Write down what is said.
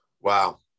Wow